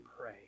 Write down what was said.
pray